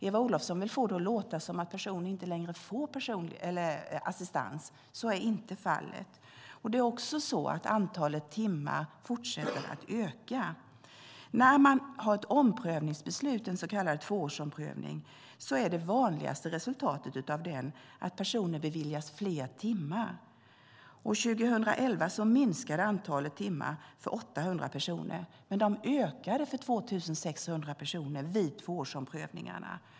Eva Olofsson får det att låta som att personer inte längre får assistans. Så är inte fallet. Antalet beviljade timmar fortsätter att öka. Vid omprövningsbeslut, den så kallade tvåårsomprövningen, är det vanligaste resultatet att personer beviljas fler timmar. År 2011 minskade antalet timmar för 800 personer men ökade för 2 600 personer vid tvåårsomprövningarna.